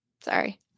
sorry